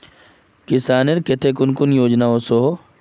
किसानेर केते कुन कुन योजना ओसोहो?